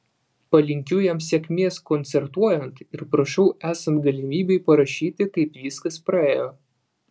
palinkiu jam sėkmės koncertuojant ir prašau esant galimybei parašyti kaip viskas praėjo